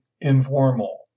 informal